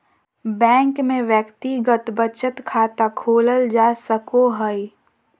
bank में व्यक्तिगत बचत खाता खोलल जा सको हइ